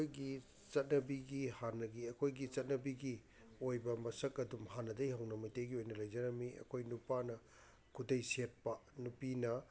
ꯑꯩꯈꯣꯏꯒꯤ ꯆꯠꯅꯕꯤꯒꯤ ꯍꯥꯟꯅꯒꯤ ꯑꯩꯈꯣꯏꯒꯤ ꯆꯠꯅꯕꯤꯒꯤ ꯑꯣꯏꯕ ꯃꯁꯛ ꯑꯗꯨꯝ ꯍꯥꯟꯅꯗꯩ ꯍꯧꯅ ꯃꯩꯇꯩꯒꯤ ꯑꯣꯏꯅ ꯂꯩꯖꯔꯝꯃꯤ ꯑꯩꯈꯣꯏ ꯅꯨꯄꯥꯅ ꯈꯨꯗꯩ ꯁꯦꯠꯄ ꯅꯨꯄꯤꯅ